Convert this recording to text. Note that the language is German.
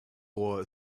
rohr